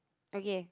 okay